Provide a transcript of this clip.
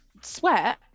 sweat